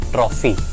Trophy